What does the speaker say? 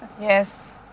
Yes